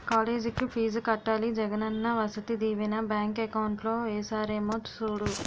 కాలేజికి ఫీజు కట్టాలి Jagananna Vasathi Deevena bank account లో ఏసారేమో సూడు